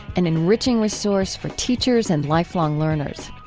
an enriching resource for teachers and lifelong learners.